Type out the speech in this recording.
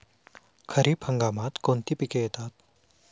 खरीप हंगामात कोणती पिके येतात?